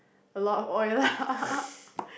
a lot of oil lah